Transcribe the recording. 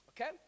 okay